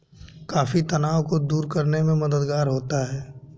coffee तनाव को दूर करने में मददगार होता है